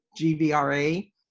GVRA